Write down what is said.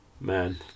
man